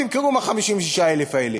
כמה דירות ימכרו מה-56,000 האלה?